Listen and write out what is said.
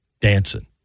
Dancing